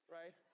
right